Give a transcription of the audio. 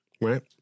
right